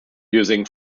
using